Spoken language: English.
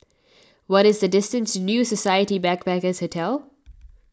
what is the distance to New Society Backpackers' Hotel